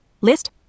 list